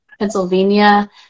Pennsylvania